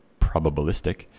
probabilistic